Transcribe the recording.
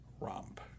Romp